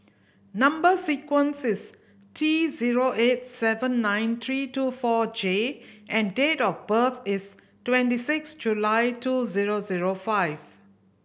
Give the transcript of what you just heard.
number sequence is T zero eight seven nine three two four J and date of birth is twenty six July two zero zero five